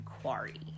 Quarry